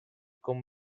con